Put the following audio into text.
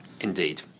Indeed